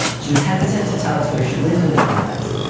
she was hesitant to tell us where she lived in the complex,